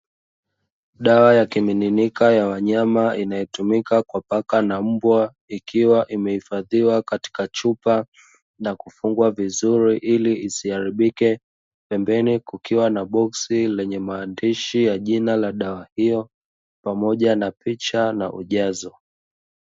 Dawa ya kimiminika ya wanyama, inayotumika kwa paka na mbwa, ikiwa imehifadhiwa katika chupa na kufungwa vizuri ili isiharibike, pembeni kukiwa na boksi lenye maandishi ya jina la dawa hiyo pamoja na picha na ujazo.